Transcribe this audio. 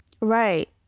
Right